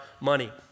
money